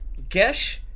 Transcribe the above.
Gesh